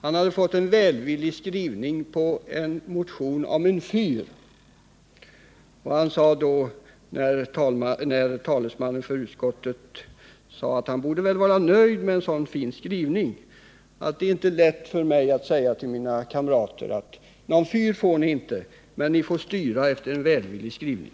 Han hade väckt en motion om en fyr som fått en välvillig skrivning i utskottet. När talesmannen för utskottet ansåg att han borde vara nöjd med en så fin skrivning svarade han att det inte var lätt för honom att säga till sina kamrater: Någon fyr får ni inte, men ni får styra efter en välvillig skrivning.